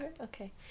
okay